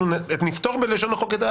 אנחנו נפתור בלשון החוק את זה,